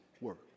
work